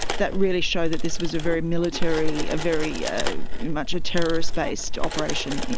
that really showed that this was a very military, ah very yeah much a terrorist-based operation,